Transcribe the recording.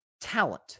talent